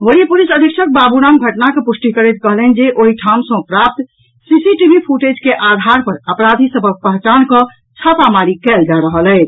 वरीय पुलिस अधीक्षक बाबूराम घटनाक पुष्टि करैत कहलनि जे ओहि ठाम सॅ प्राप्त सीसीटीवी फूटेज के आधार पर अपराधी सभक पहचान कऽ छापामारी कयल जा रहल अछि